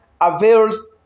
avails